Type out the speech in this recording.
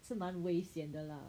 是蛮危险的啦